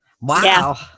Wow